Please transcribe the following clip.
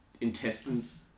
intestines